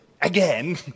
again